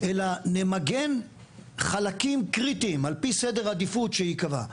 אלא נמגן חלקים קריטיים על פי סדר עדיפות שייקבע.